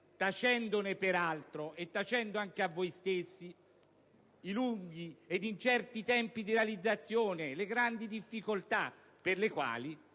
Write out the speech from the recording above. tacendone peraltro (e tacendo anche a voi stessi) i lunghi ed incerti tempi di realizzazione, le grandi difficoltà per le quali